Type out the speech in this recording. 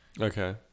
Okay